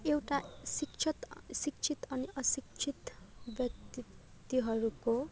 एउटा शिक्षत शिक्षित अनि अशिक्षित व्यक्तित्वहरूको